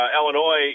Illinois